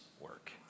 work